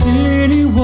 City